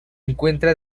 encuentra